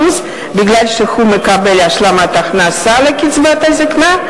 מפני שהוא מקבל השלמת הכנסה לקצבת הזיקנה,